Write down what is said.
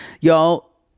Y'all